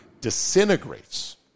Disintegrates